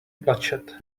bloodshed